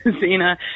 Zena